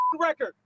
record